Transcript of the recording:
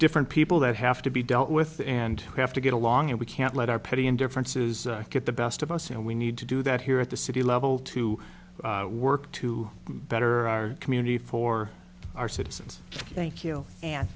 different people that have to be dealt with and we have to get along and we can't let our petty and differences get the best of us and we need to do that here at the city level to work to better our community for our citizens thank you and